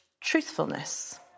truthfulness